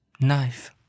knife